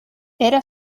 era